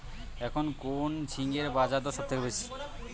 এখন কোন ঝিঙ্গের বাজারদর সবথেকে বেশি?